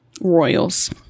Royals